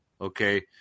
okay